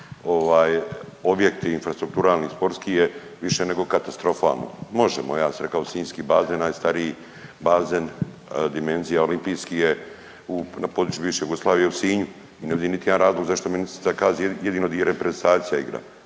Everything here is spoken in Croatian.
objekti infrastrukturalni sportski je više nego katastrofalno. Možemo ja sam sinjski bazen najstariji bazen dimenzija olimpijskih je u na području bivše Jugoslavije u Sinju ne vidim niti jedan razlog zašto ministrica kaže jedino di reprezentacija igra.